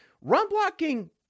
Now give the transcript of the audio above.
run-blocking